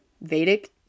Vedic